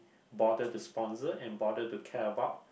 bother to sponsor and bother to care about